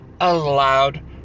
allowed